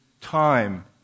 time